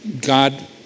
God